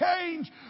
change